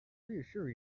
reassure